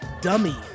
dummy